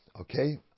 Okay